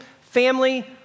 family